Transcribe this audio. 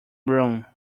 room